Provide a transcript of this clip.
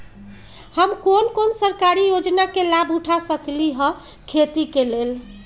हम कोन कोन सरकारी योजना के लाभ उठा सकली ह खेती के लेल?